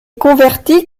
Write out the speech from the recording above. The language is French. convertit